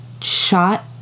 shot